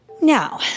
Now